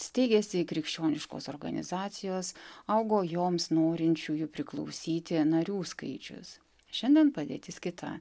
steigėsi krikščioniškos organizacijos augo joms norinčiųjų priklausyti narių skaičius šiandien padėtis kita